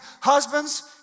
husbands